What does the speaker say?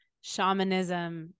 shamanism